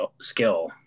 skill